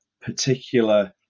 particular